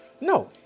No